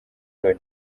loni